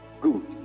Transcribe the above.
good